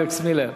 אלכס מילר.